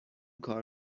کار